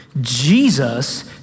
Jesus